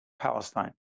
Palestine